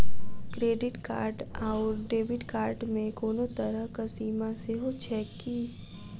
Credit card आओर debit card मे कोनो तरहक सीमा सेहो छैक की?